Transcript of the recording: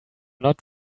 not